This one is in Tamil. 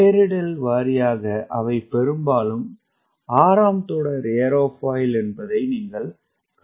பெயரிடல் வாரியாக அவை பெரும்பாலும் 6 தொடர் ஏரோஃபாயில் என்பதை நீங்கள் காண்பீர்கள்